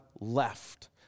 left